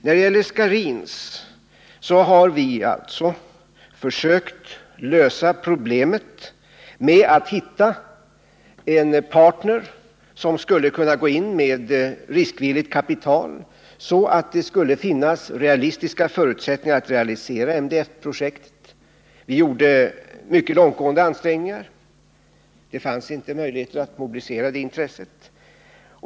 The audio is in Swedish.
När det gäller Scharins har vi alltså försökt lösa problemet med att hitta en partner som skulle kunna gå in med riskvilligt kapital, så att det skulle finnas realistiska förutsättningar att realisera MBF-projektet. Vi gjorde mycket långtgående ansträngningar. Det fanns inte möjligheter att mobilisera det intresset.